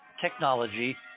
technology